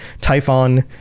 typhon